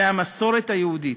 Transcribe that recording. מהמסורת היהודית.